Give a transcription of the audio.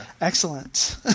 Excellent